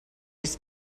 his